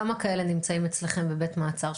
כמה כאלה נמצאים אצלכם בבית מעצר,